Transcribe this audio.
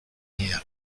here